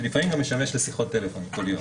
שלפעמים גם משמש לשיחות טלפון קוליות.